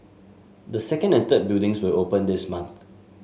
the second and third buildings will open this month